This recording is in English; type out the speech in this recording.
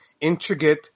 intricate